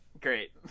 Great